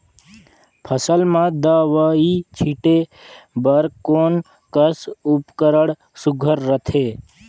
फसल म दव ई छीचे बर कोन कस उपकरण सुघ्घर रथे?